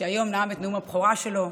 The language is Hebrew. שהיום נאם את נאום הבכורה שלו.